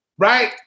Right